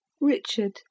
Richard